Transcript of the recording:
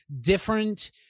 different